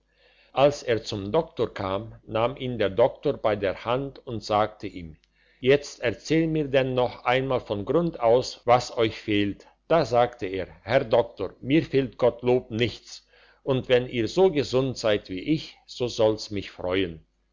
als er zum doktor kam nahm ihn der doktor bei der hand und sagte ihm jetzt erzählt mir denn noch einmal von grund aus was euch fehlt da sagte er herr doktor mir fehlt gottlob nichts und wenn ihr so gesund seid wie ich so soll's mich freuen